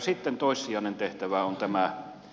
sitten toissijainen tehtävä on tämä